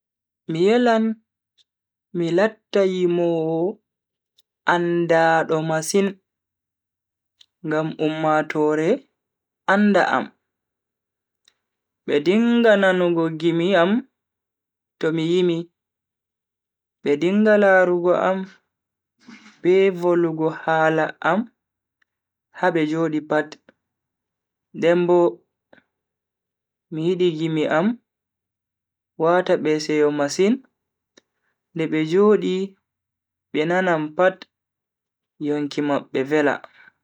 Mi yelan mi latta yimoowo andaado masin ngam ummatoore anda am, be dinga nanugo gimi am to mi yimi, be dinga larugo am be volugo hala am ha be jodi pat. Den bo mi yidi gimi am wata be seyo masin nde be jodi be nanan pat yonki mabbe vela.